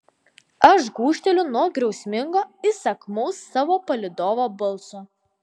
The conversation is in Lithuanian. aš gūžteliu nuo griausmingo įsakmaus savo palydovo balso